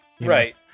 Right